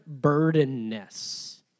burdenness